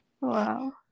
Wow